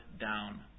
down